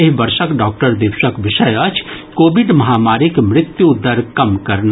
एहि वर्षक डॉक्टर दिवसक विषय अछि कोविड महामारीक मृत्यु दर कम करना